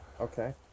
Okay